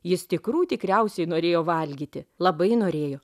jis tikrų tikriausiai norėjo valgyti labai norėjo